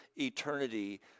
eternity